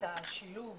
השילוב